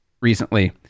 recently